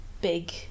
big